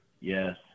Yes